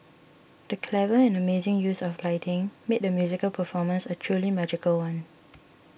the clever and amazing use of lighting made the musical performance a truly magical one